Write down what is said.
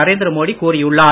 நரேந்திர மோடி கூறியுள்ளார்